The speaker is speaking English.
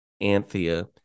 Anthea